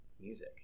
music